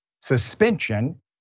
suspension